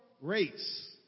race